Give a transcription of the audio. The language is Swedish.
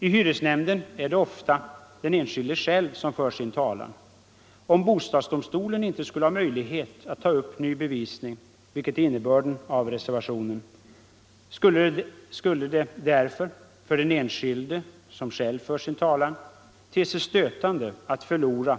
I hyresnämnden är det ofta den enskilde själv som för sin talan. Om bostadsdomstolen inte skulle ha möjlighet att ta upp ny bevisning, vilket är innebörden av reservationen, skulle det därför för den enskilde som själv för sin talan te sig stötande att förlora